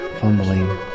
fumbling